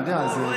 אתה יודע, זה, לא.